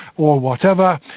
or whatever,